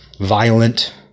violent-